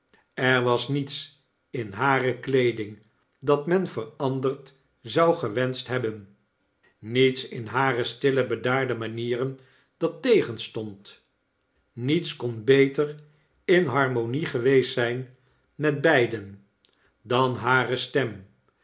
er was niets in hare kleeding dat men veranderd zou gewenscht hebben niets in harestille bedaarde manieren dat tegenstond niets kon beter in harmonie geweest zijn met beiden dan hare stem